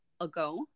ago